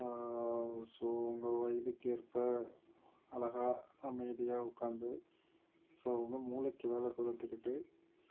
so அவங்க வயதுக்கு ஏற்ப அழகாக அமைதியாக உக்கார்ந்து ஸோ வந்து மூளைக்கு வேலை கொடுத்துக்கிட்டு